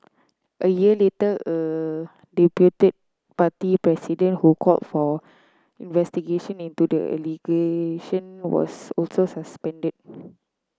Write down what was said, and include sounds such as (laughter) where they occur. a year later a (unintelligible) party president who called for investigation into the allegation was also suspended